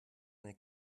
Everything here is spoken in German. eine